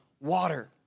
water